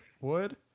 Wood